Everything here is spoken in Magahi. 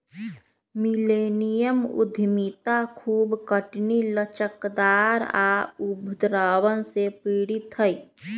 मिलेनियम उद्यमिता खूब खटनी, लचकदार आऽ उद्भावन से प्रेरित हइ